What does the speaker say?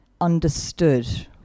understood